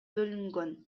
бөлүнгөн